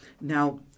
Now